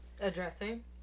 Addressing